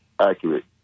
accurate